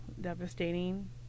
devastating